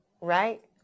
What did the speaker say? Right